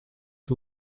que